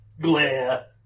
Glare